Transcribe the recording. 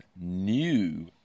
new